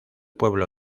pueblo